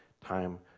time